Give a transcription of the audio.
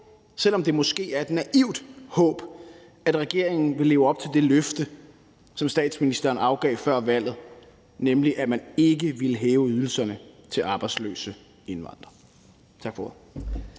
selv om det måske er et naivt håb – om, at regeringen vil leve op til det løfte, som statsministeren afgav før valget, nemlig at man ikke ville hæve ydelserne til arbejdsløse indvandrere. Tak for ordet.